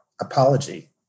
apology